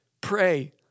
pray